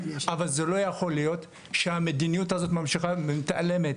אבל זה לא יכול להיות שהמדיניות הזו ממשיכה ומתעלמת.